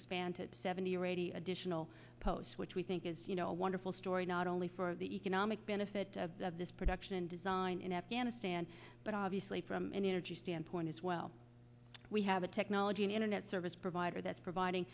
expand to seventy or eighty additional posts which we think is you know a wonderful story not only for the economic benefit of this production and design in afghanistan but obviously from an energy standpoint as well we have a technology an internet service provider that's providing